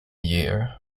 year